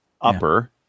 upper